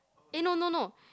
eh no no no